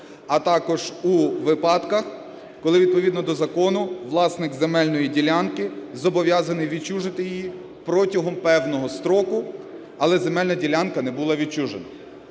а також у випадках, коли відповідно до закону власник земельної ділянки зобов'язаний відчужити її протягом певного строку, але земельна ділянка не була відчужена.